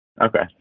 Okay